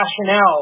rationale